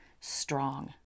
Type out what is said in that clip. strong